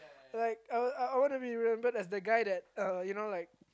like I will I I wanna be remembered as the guy that you know like